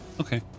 Okay